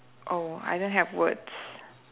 oh I don't have words